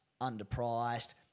underpriced